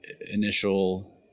initial